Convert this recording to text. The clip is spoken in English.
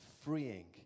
freeing